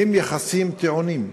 הם יחסים טעונים,